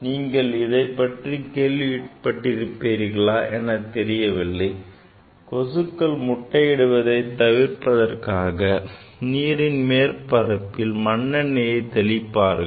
நீங்கள் இதைப் பற்றி கேள்விப்பட்டுள்ளீர்களா என தெரியவில்லை கொசுக்கள் முட்டை இடுவதை தவிர்ப்பதற்காக நீரின் மேற்பரப்பில் மண்ணெண்ணையை தெளிப்பார்கள்